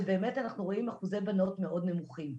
שבאמת אנחנו רואים אחוזי בנות מאוד נמוכים.